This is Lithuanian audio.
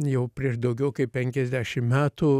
jau prieš daugiau kaip penkiasdešim metų